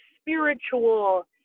spiritual